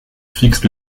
fixe